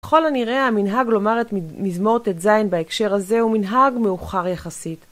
ככל הנראה, המנהג לומר את מזמור ט"ז בהיקשר הזה הוא מנהג מאוחר יחסית.